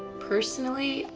personally,